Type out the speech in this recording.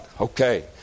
Okay